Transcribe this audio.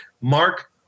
Mark